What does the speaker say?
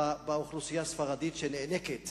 באוכלוסייה הספרדית, שנאנקת